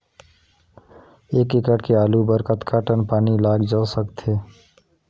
एक एकड़ के आलू बर कतका टन पानी लाग सकथे?